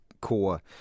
core